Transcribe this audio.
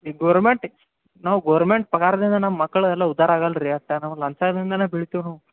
ಈ ಗೋರ್ಮೆಂಟ್ ನಾವು ಗೋರ್ಮೆಂಟ್ ಪಗಾರದಿಂದ ನಮ್ಮ ಮಕ್ಕಳೆಲ್ಲ ಉದ್ಧಾರ ಆಗಲ್ಲ ರೀ ಅಷ್ಟೇ ನಮ್ಗೆ ಲಂಚದ ಹಿಂದನೇ ಬೀಳ್ತೀವಿ ನಾವು